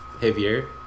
heavier